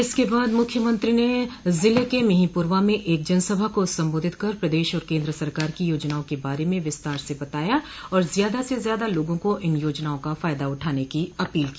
इसके बाद मुख्यमंत्री ने जिले के मिहींपुरवा में एक जनसभा को संबोधित कर प्रदेश और केंद्र सरकार की योजनाओं के बारे में विस्तार से बताया और ज्यादा से ज्यादा लोगा को इन योजनाओं का फायदा उठाने की अपील की